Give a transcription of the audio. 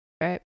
right